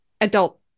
adult